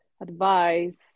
advice